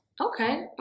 Okay